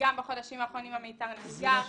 בחודשים האחרונים המיתר נסגר.